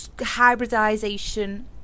hybridization